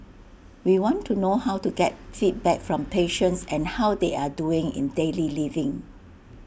we want to know how to get feedback from patients an how they are doing in daily living